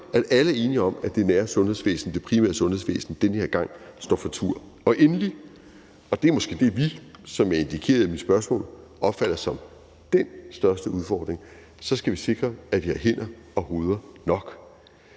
at alle er enige om, at det nære sundhedsvæsen, det primære sundhedsvæsen, den her gang står for tur. Endelig skal vi som det tredje – og det er måske det, vi, som jeg indikerede i mit spørgsmål, opfatter som den største udfordring – sikre, at vi har hænder og hoveder nok.